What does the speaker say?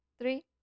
Three